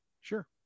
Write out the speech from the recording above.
sure